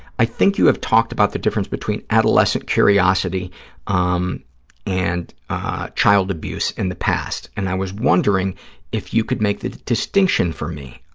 i think you have talked about the difference between adolescent curiosity um and child abuse in the past, and i was wondering if you could make the distinction for me.